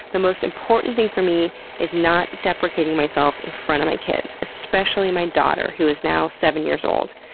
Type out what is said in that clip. the most important thing for me is not deprecating myself in front of my kids, especially my daughter who is now seven years old.